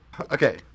Okay